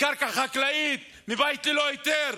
מקרקע חקלאית, מבית ללא היתר?